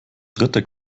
dritte